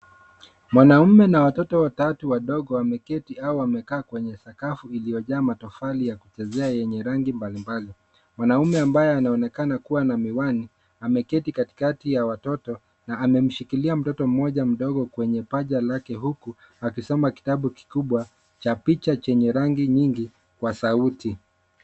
Mwanaume na watoto watatu wadogo wameketi au wamekaa kwenye sakafu iliyo jaa matofari ya kuchezea yenye rangi mbali mbali. Mwanaume ambaye anaonekana kuwa na miwani ameketi katikati ya watoto na amemshikilia mtoto mmoja mdogo kwenye paja lake huku akisoma kitabu kikubwa cha picha chenye rangi nyingi kwa sauti.